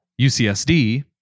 UCSD